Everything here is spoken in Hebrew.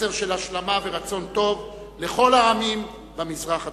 מסר של השלמה ורצון טוב לכל העמים במזרח התיכון.